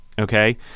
okay